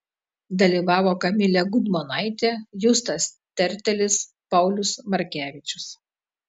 dalyvavo kamilė gudmonaitė justas tertelis paulius markevičius